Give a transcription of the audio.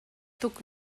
tuk